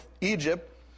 Egypt